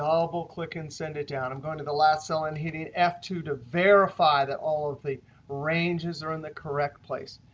double-click, and send it down. i'm going to the last cell and hitting f two to verify that all of the ranges are in the correct place.